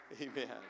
Amen